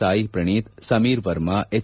Sai Praneeth Sameer Verma H